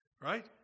Right